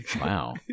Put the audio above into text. Wow